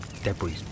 debris